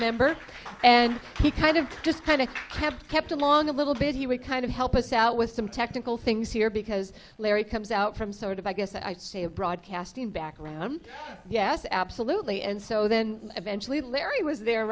member and he kind of just kind of kept kept along a little bit he would kind of help us out with some technical things here because larry comes out from sort of i guess i'd say a broadcasting background yes absolutely and so then eventually larry was there